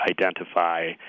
identify